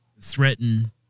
threaten